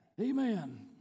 Amen